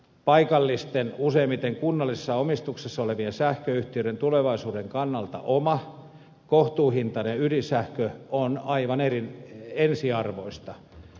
paikallisten useimmiten kunnallisessa omistuksessa olevien sähköyhtiöiden tulevaisuuden kannalta oma kohtuuhintainen ydinsähkö on aivan ensiarvoista